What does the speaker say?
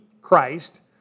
Christ